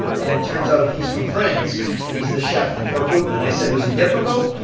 and it turns out he's from france, and he's the chef for putin. and i said, was he difficult?